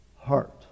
heart